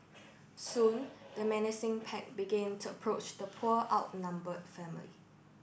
soon the menacing pack begin to approach the poor outnumbered family